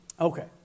Okay